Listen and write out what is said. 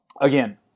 again